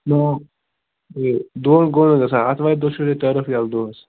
نو یہِ دۅہ اُکنُے گژھان آتھوارِ دۄہ چھُو تۄہہِ ٹٔرف یَلہٕ دۄہَس